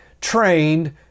trained